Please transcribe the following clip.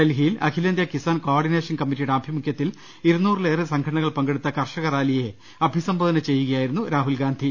ഡൽഹിയിൽ അഖിലേന്ത്യാ കിസാൻ കോർഡിനേഷൻ കമ്മിറ്റിയുടെ ആഭി മുഖ്യത്തിൽ ഇരുനൂറിലേറെ സംഘടനകൾ പങ്കെടുത്ത കർഷകറാലിയെ അഭി സംബോധന ചെയ്യുകയായിരുന്നു രാഹുൽഗാന്ധി